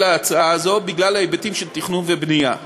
להצעה הזו בגלל היבטים של תכנון ובנייה.